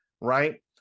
Right